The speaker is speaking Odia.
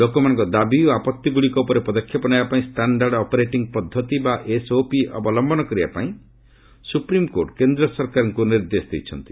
ଲୋକମାନଙ୍କ ଦାବି ଓ ଆପଭିଗୁଡ଼ିକ ଉପରେ ପଦକ୍ଷେପ ନେବା ପାଇଁ ଷ୍ଟାଣ୍ଡାର୍ଡ ଅପରେଟିଂ ପଦ୍ଧତି ବା ଏସ୍ଓପି ଅବଲ୍ୟନ କରିବା ପାଇଁ ସୁପ୍ରିମ୍କୋର୍ଟ କେନ୍ଦ୍ର ସରକାରଙ୍କୁ ନିର୍ଦ୍ଦେଶ ଦେଇଛନ୍ତି